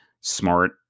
smart